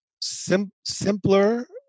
simpler